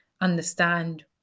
understand